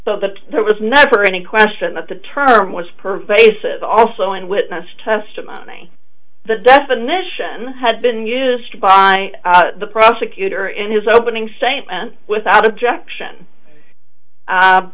so that there was never any question of the term was per basis also and witness testimony the definition had been used by the prosecutor in his opening statement without objection